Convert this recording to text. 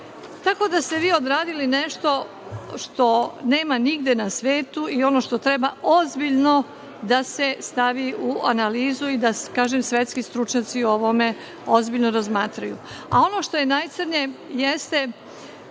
Tako da ste vi odradili nešto što nema nigde na svetu i ono što treba ozbiljno da se stavi u analizu i da, kažem, svetski stručnjaci o ovome ozbiljno razmatraju. Ono što je najcrnje jeste,